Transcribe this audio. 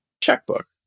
checkbook